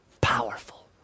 powerful